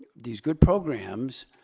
these good programs,